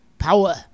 power